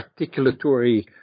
articulatory